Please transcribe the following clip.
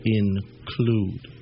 include